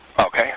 Okay